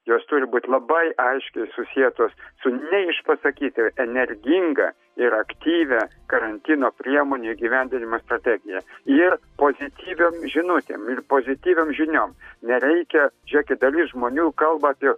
jos turi būti labai aiškiai susietos su neišpasakyta energinga ir aktyvia karantino priemonių įgyvendinimo strategija ir pozityviom žinutėm pozityviom žiniom nereikia žiūrėkit dalis žmonių kalba apie